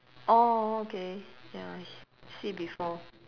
orh okay ya h~ see before